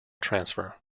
transfer